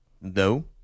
no